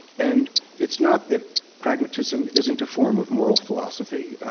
and it's not that pragmatism isn't a form of moral philosophy.